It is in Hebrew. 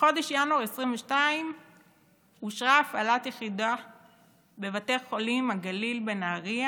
בחודש ינואר 2022 אושרה הפעלת יחידה בבית חולים הגליל בנהריה.